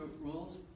rules